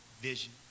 vision